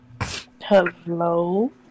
Hello